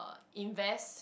invest